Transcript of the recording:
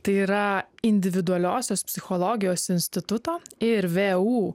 tai yra individualiosios psichologijos instituto ir vu